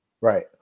Right